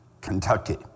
Kentucky